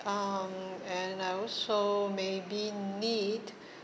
um and I also maybe need